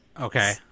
Okay